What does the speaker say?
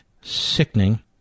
sickening